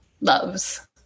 loves